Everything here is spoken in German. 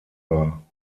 war